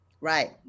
right